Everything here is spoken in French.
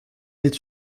est